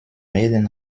reden